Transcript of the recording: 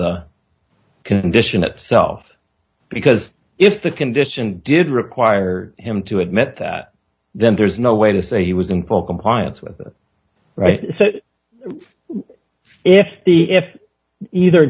the condition itself because if the condition did require him to admit that then there's no way to say he was in full compliance with that right so if the if either